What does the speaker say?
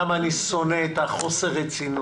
כמה אני שונא את חוסר הרצינות.